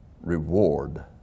reward